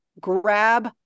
grab